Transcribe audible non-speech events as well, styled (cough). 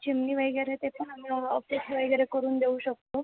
चिमणी वगैरे ते पण (unintelligible) वगैरे करून देऊ शकतो